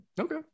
okay